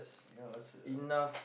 ya sia